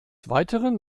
weiteren